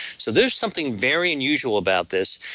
so there's something very unusual about this.